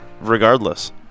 regardless